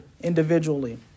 individually